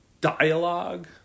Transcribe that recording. dialogue